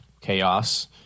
chaos